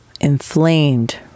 inflamed